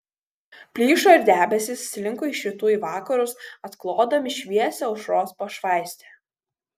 plyšo ir debesys slinko iš rytų į vakarus atklodami šviesią aušros pašvaistę